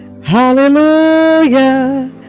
Hallelujah